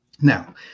now